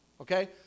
okay